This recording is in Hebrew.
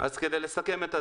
אז כדי לסכם את הדברים.